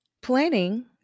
planning